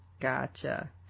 Gotcha